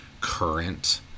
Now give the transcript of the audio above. current